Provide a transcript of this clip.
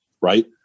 right